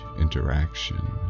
interaction